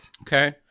Okay